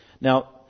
Now